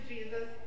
Jesus